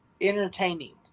entertaining